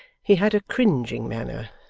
he had a cringing manner,